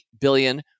billion